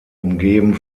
umgeben